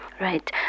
Right